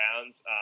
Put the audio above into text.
rounds